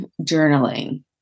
journaling